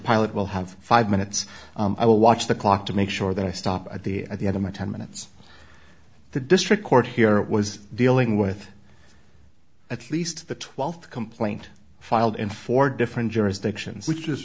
pilot will have five minutes i will watch the clock to make sure that i stop at the at the end of my ten minutes the district court here was dealing with at least the twelfth complaint filed in four different jurisdictions which is